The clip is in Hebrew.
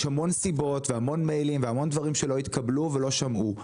יש המון סיבות והמון מיילים והמון דברים שלא התקבלו ולא שמעו.